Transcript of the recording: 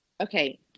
okay